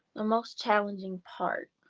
the most challenging part